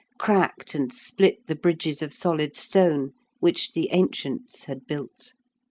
cracked and split the bridges of solid stone which the ancients had built.